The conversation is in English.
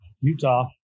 Utah